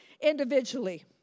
individually